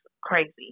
crazy